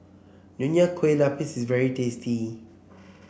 Nonya Kueh Lapis is very tasty